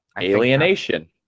Alienation